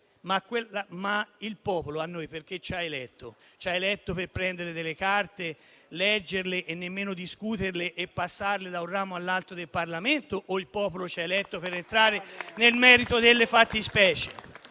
ma il popolo perché ci ha eletto? Ci ha eletto per prendere delle carte, leggerle, nemmeno discuterle e passarle da un ramo all'altro del Parlamento o per entrare nel merito delle fattispecie?